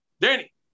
Danny